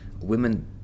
women